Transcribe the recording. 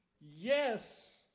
Yes